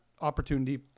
opportunity